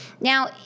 Now